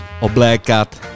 oblékat